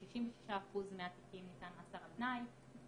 בכ-66% מפסקי הדין ניתן מאסר על תנאי,